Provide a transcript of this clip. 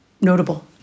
notable